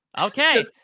Okay